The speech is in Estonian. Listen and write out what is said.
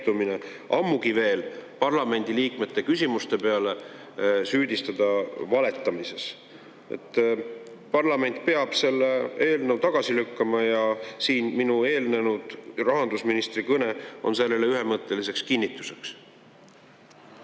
ammugi veel parlamendiliikmete küsimuste peale süüdistada valetamises. Parlament peab selle eelnõu tagasi lükkama ja siin eelnenud rahandusministri kõne on sellele ühemõtteliseks kinnituseks.